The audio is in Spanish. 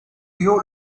hijo